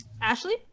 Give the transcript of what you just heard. Ashley